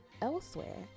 elsewhere